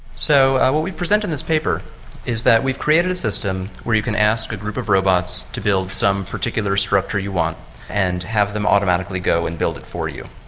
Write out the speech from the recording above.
so what we present in this paper is that we've created a system where you can ask a group of robots to build some particular structure you want and have them automatically go and build it for you.